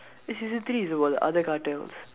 eh season three is about the other cartels